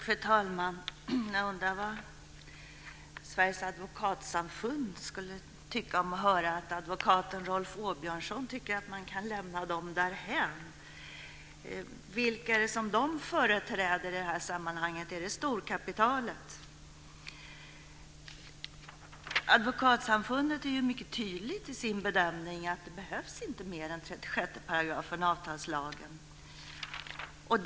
Fru talman! Jag undrar vad Sveriges Advokatsamfund skulle tycka om att höra att advokaten Rolf Åbjörnsson anser att man kan lämna dem därhän. Vilka är det som de företräder i det här sammanhanget? Är det storkapitalet? Advokatsamfundet är ju mycket tydligt i sin bedömning: Det behövs inte mer än 36 § avtalslagen.